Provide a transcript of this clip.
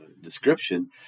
description